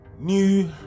New